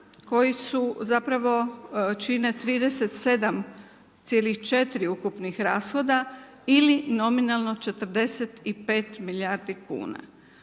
koji su zapravo, čine 37,4 ukupnih rashoda ili nominalno 45 milijardi kuna.